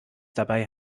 dabei